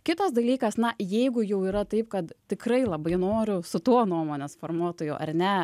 kitas dalykas na jeigu jau yra taip kad tikrai labai noriu su tuo nuomonės formuotoju ar ne